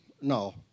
no